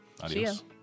Adios